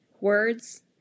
words